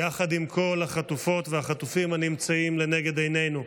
יחד עם כל החטופות והחטופים הנמצאים לנגד עינינו.